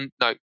no